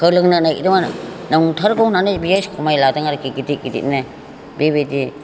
सोलोंनो नागिरदोंमोन नंथारगौ होननानै बियो समाय लादों आरोखि गिदिर गिदिरनो बेबायदि